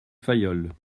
fayolle